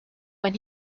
when